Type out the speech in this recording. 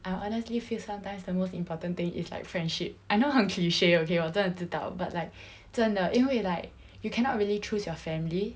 I honestly feel sometimes the most important thing is like friendship I know 很 cliche okay 我真的知道 but like 真的因为 like you cannot really choose your family